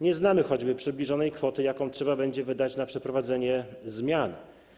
Nie znamy choćby przybliżonej kwoty, jaką trzeba będzie wydać na przeprowadzenie zmian.